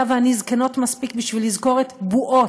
אתה ואני זקנות מספיק כדי לזכור את "בועות"